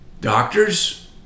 doctors